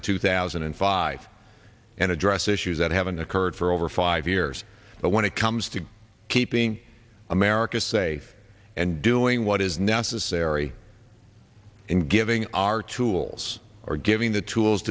in two thousand and five and address issues that haven't occurred for over five years but when it comes to keeping america say and doing what is necessary in giving our tools or giving the tools